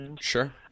Sure